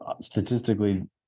statistically